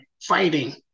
fighting